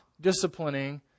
disciplining